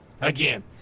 Again